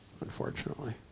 unfortunately